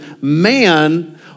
man